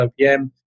OPM